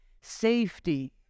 Safety